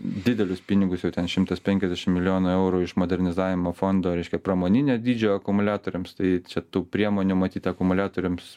didelius pinigus jau ten šimtas penkiasdešimt milijonų eurų iš modernizavimo fondo reiškia pramoninio dydžio akumuliatoriams tai čia tų priemonių matyt akumuliatoriams